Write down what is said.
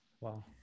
Wow